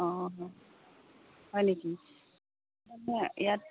অ হয় নেকি ইয়াত